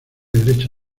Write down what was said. derecho